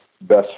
best